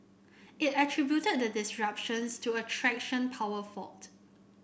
it attributed the disruptions to a traction power fault